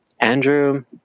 Andrew